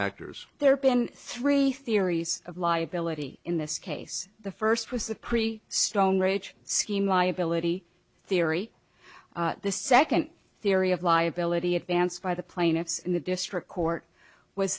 actors there been three theories of liability in this case the first was the pre stone ridge scheme liability theory the second theory of liability advanced by the plaintiffs in the district court w